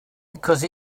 because